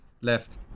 left